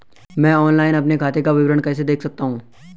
मैं ऑनलाइन अपने खाते का विवरण कैसे देख सकता हूँ?